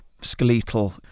skeletal